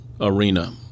arena